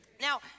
Now